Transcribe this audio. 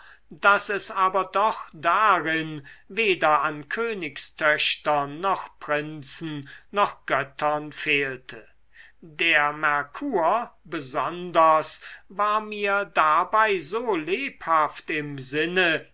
daß es aber doch darin weder an königstöchtern noch prinzen noch göttern fehlte der merkur besonders war mir dabei so lebhaft im sinne